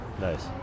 Nice